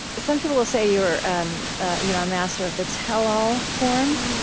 some people will say you're um you know a master of the tell-all form.